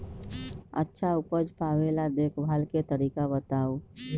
अच्छा उपज पावेला देखभाल के तरीका बताऊ?